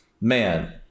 man